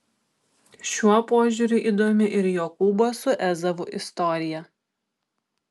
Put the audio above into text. šiuo požiūriu įdomi ir jokūbo su ezavu istorija